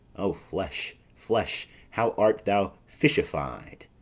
o flesh, flesh, how art thou fishified!